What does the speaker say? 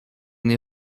nie